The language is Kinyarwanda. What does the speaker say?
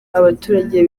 abaturage